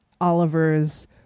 Oliver's